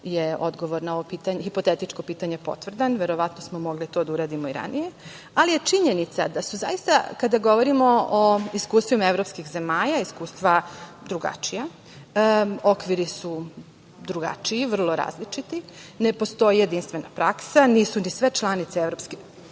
je odgovor na ovo hipotetičko pitanje potvrdan. Verovatno smo mogli to da uradimo i ranije. Ali, činjenica je da su zaista, kada govorimo i iskustvima evropskih zemalja, iskustva drugačija, okviru su drugačiji, vrlo različiti. Ne postoji jedinstvena praksa. Moramo naglasiti da nisu